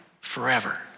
forever